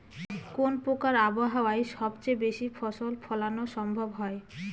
কোন প্রকার আবহাওয়ায় সবচেয়ে বেশি ফসল ফলানো সম্ভব হয়?